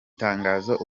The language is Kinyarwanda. tangazo